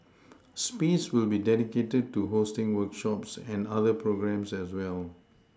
space will be dedicated to hosting workshops and other programmes as well